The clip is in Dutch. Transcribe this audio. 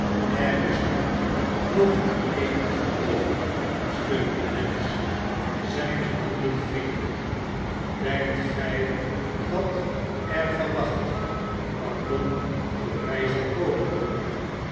er is nu nog maar n nacht over steunde dennis zijne handen wringende denkt gij dat er van nacht pardon voor mij zal komen broeder